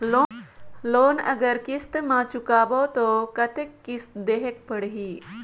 Loan अगर किस्त म चुकाबो तो कतेक किस्त देहेक पढ़ही?